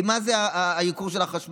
כי מה זה ייקור החשמל?